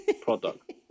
product